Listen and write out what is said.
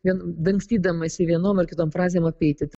vien dangstydamasi vienom ar kitom frazėm apeiti